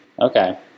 Okay